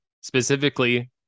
specifically